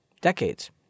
Decades